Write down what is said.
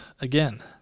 again